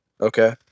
Okay